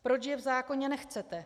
Proč je v zákoně nechcete?